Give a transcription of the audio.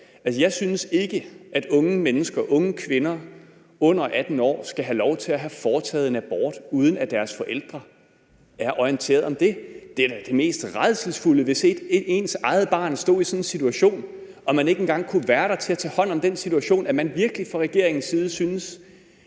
Jeg synes ikke, at unge kvinder under 18 år skal have lov til at få foretaget en abort, uden at deres forældre er orienteret om det. Det ville da være det mest rædselsfulde, hvis ens eget barn stod i sådan en situation og man ikke engang kunne være der til at tage hånd om det. At man fra regeringens side